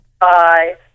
Bye